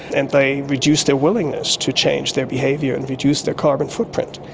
and they reduce their willingness to change their behaviour and reduce their carbon footprint.